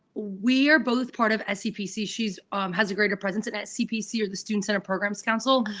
we are both part of acpc she's um has a greater presence at at acpc are the students in our programs council.